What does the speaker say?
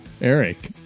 Eric